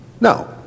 No